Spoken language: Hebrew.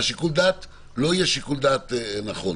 שיקול הדעת לא יהיה שיקול דעת נכון.